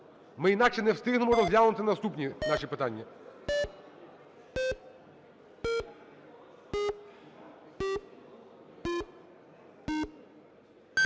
Ми інакше не встигнемо розглянути наступні наші питання.